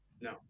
No